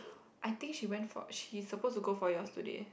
I think she went for she is suppose to go for yours today